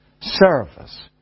service